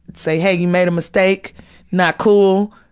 say, hey, you made a mistake not cool,